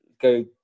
go